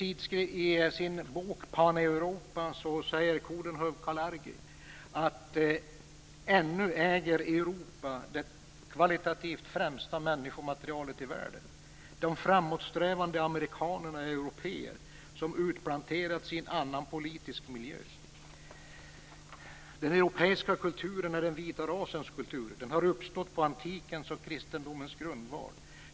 I sin bok Paneuropa säger Coudenhove-Kalergi: "Ännu äger dock Europa det kvalitativt främsta människomaterialet i världen. De framåtsträvande amerikanerna äro européer, som utplanterats i en annan politisk miljö. - Den europeiska kulturen är den vita rasens kultur, och den har uppstått på antikens och kristendomens grundval.